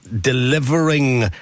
delivering